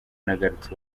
nagarutse